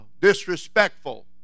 disrespectful